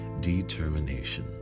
determination